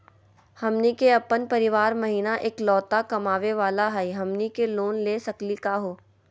हमनी के अपन परीवार महिना एकलौता कमावे वाला हई, हमनी के लोन ले सकली का हो?